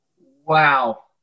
Wow